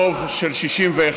ברוב של 61,